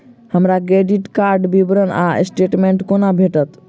हमरा credit card केँ विवरण वा स्टेटमेंट कोना भेटत?